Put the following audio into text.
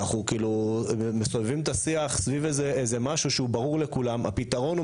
אנחנו כאילו מסובבים את השיח סביב משהו שברור לכולם הפתרון.